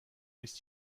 نیست